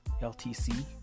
LTC